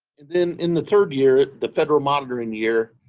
then in the third year, the federal monitoring year,